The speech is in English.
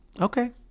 Okay